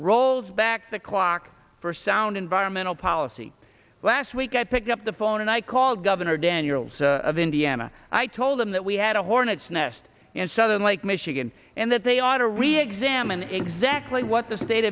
rolls back the clock for sound environmental policy last week i picked up the phone and i called governor daniels of indiana i told him that we had a hornets nest in southern lake michigan and that they ought to reexamine exactly what the state